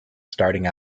starting